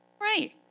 Right